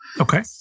Okay